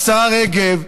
השרה רגב,